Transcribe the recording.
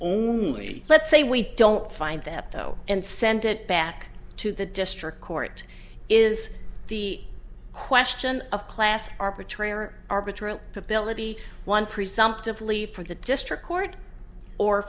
only let's say we don't find that though and send it back to the district court is the question of class arbitrary or arbitron ability one presumptively for the district court or